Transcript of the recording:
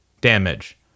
damage